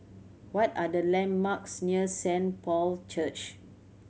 what are the landmarks near Saint Paul Church